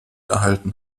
erhalten